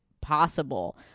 possible